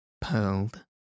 pearled